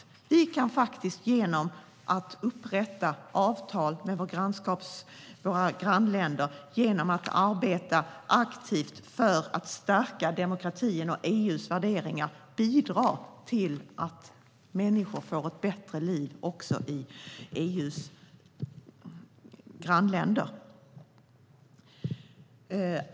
Vi kan genom att upprätta avtal med våra grannländer och genom att arbeta aktivt för att stärka demokratin och EU:s värderingar bidra till att människor får ett bättre liv också i EU:s grannländer.